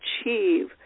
achieve